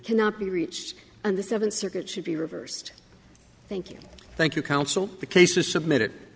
cannot be reached on the seventh circuit should be reversed thank you thank you counsel the case is submitted